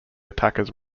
attackers